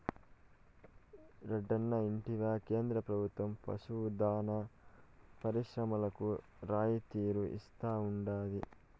రెడ్డన్నా ఇంటివా కేంద్ర ప్రభుత్వం పశు దాణా పరిశ్రమలకు రాయితీలు ఇస్తా ఉండాది